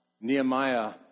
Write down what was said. Nehemiah